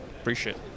Appreciate